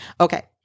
Okay